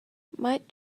might